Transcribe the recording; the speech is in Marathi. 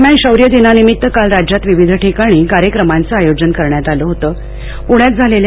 दरम्यान शौर्य दिनानिभित्त काल राज्यात विविध ठिकाणी कार्यक्रमांचं आयोजन करण्यात आलं होतंपूण्यात झालेल्या